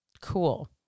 Cool